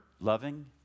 loving